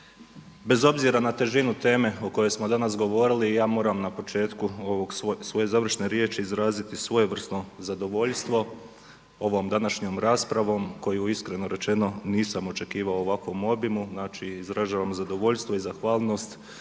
Bez obzira na težinu teme o kojoj smo danas govorili ja moram na početku svoje završne riješi izraziti svojevrsno zadovoljstvo ovom današnjom raspravom koju iskreno rečeno nisam očekivao u ovakvom obimu, znači izražavam zadovoljstvo i zahvalnost